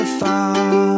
far